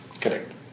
Correct